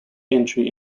entry